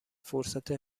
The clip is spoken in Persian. فرصت